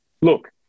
look